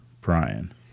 Brian